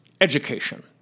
education